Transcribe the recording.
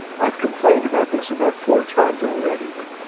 i've complained about this about four times already, but